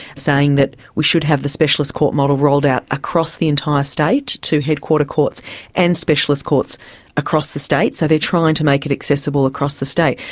saying that we should have the specialist court model rolled out across the entire state to headquarter courts and specialist courts across the state. so they trying to make it accessible across the state.